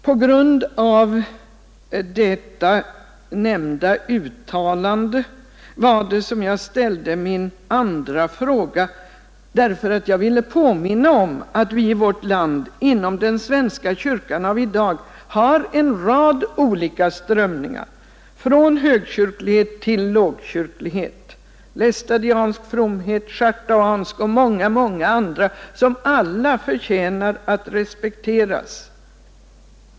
På grund av detta tidigare omnämnda uttalande var det som jag ställde min andra fråga, därför att jag ville påminna om att vi inom den svenska kyrkan av i dag har en rad olika strömningar, från högkyrklighet till lågkyrklighet, lestadiansk fromhet, schartauanism och många, många andra, som alla förtjänar att respekteras.